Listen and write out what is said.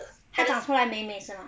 他已经出来美美是吗